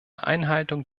einhaltung